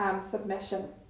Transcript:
submission